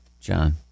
john